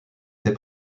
fait